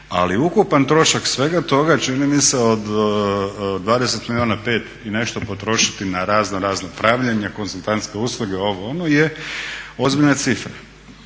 Ali ukupan trošak svega toga čini mi se od 20 milijuna 5 i nešto potrošiti na razno razna upravljanja, konzultantske usluge, ovo, ono je ozbiljna cifra.